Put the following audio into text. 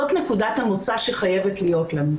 זאת נקודת המוצא שחייבת להיות לנו.